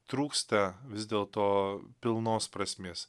trūksta vis dėl to pilnos prasmės